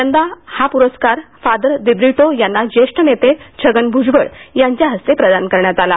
यंदा हा पुरस्कार फादर दिब्रिटो यांना ज्येष्ठ नेते छगन भ्जबळ यांच्य हस्ते प्रदान करण्यात आला